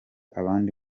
abandi